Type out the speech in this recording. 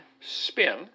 spin